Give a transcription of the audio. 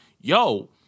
Yo